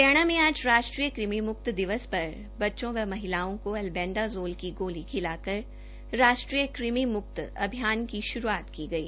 हरियाणा में आज राष्ट्रीय कृमि मुक्त दिवस पर बच्चों व महिलाओं को एल्बेंडाज़ोल की गोली खिलाकर राष्ट्रीय कुमि मुक्त अभियान की श्रूआत की गई